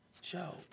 Joe